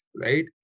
right